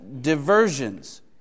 diversions